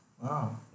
Wow